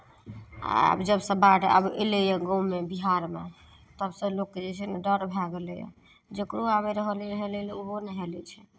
आब जबसँ बाढ़ि एलैए गाँवमे बिहारमे तबसँ लोक जे छै ने डर भए गेलैए जकरो आबैत रहै हेलय लए ओहो नहि हेलै छै